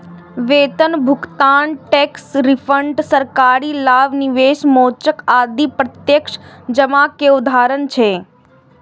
वेतन भुगतान, tax refund, सरकारी लाभ, निवेश मोचन आदि प्रत्यक्ष जमा के उदाहरण छियै